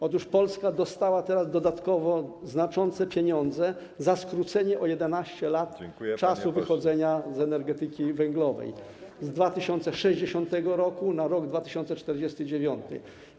Otóż Polska dostała teraz dodatkowo znaczące pieniądze za skrócenie o 11 lat okresu wychodzenia z energetyki węglowej, z 2060 r. do roku 2049.